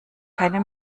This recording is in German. keine